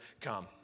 come